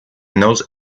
knows